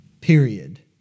period